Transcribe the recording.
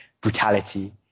brutality